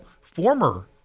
former